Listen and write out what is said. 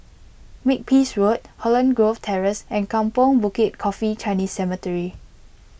Makepeace Road Holland Grove Terrace and Kampong Bukit Coffee Chinese Cemetery